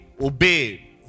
Obey